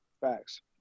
Facts